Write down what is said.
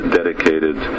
dedicated